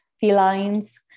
felines